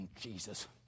Jesus